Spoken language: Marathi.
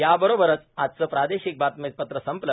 याबरोबरच आजचं प्रार्दोशक बातमीपत्र संपलं